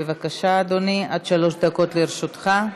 בבקשה, אדוני, עד שלוש דקות לרשותך.